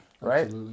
right